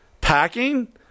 packing